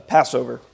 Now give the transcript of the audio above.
Passover